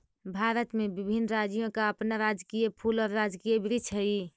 भारत में विभिन्न राज्यों का अपना राजकीय फूल और राजकीय वृक्ष हई